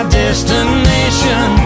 destination